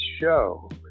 show